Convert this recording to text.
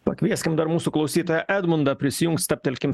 pakvieskim dar mūsų klausytoją edmundą prisijungs stabtelkim